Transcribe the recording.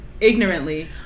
ignorantly